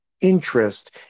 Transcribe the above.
interest